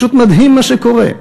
פשוט מדהים מה שקורה.